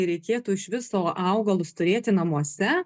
reikėtų iš viso augalus turėti namuose